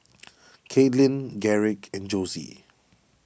Kaitlin Garrick and Josie